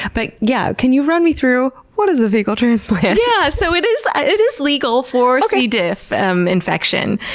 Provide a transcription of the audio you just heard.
but yeah, can you run me through what is a fecal transplant? yeah so it is ah it is legal for c. diff um infection.